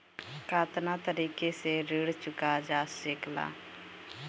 कातना तरीके से ऋण चुका जा सेकला?